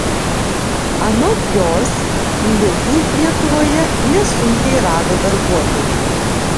anot jos lidl lietuvoje nesunkiai rado darbuotojų